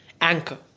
Anchor